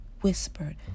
whispered